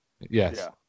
Yes